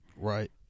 Right